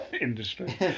industry